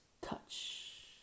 touch